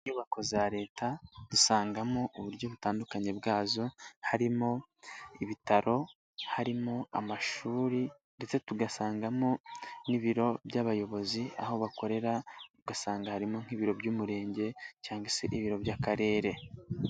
Inyubako za Leta, dusangamo uburyo butandukanye bwazo, harimo ibitaro, harimo amashuri ndetse tugasangamo n'ibiro by'abayobozi aho bakorera, ugasanga harimo nk'ibiro by'Umurenge cyangwa se ibiro by'Akarere.